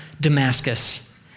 Damascus